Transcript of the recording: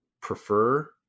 prefer